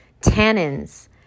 tannins